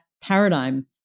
paradigm